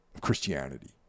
Christianity